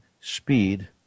speed